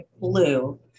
Blue